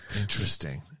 Interesting